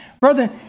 brother